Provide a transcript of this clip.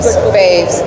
Babes